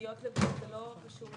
פגיעות גוף זה לא קשור.